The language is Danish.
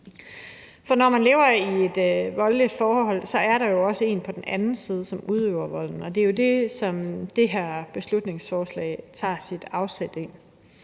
jer. Når man lever i et voldeligt forhold, er der jo også en på den anden side, som udøver volden, og det er det, som det her beslutningsforslag tager sit afsæt i.